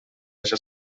haja